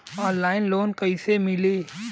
Online loan कइसे मिली?